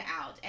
out